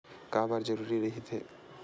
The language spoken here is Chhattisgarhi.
का बार जरूरी रहि थे?